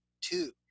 two